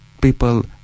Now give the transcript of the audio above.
people